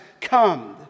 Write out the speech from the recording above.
come